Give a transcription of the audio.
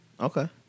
Okay